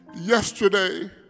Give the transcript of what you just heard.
yesterday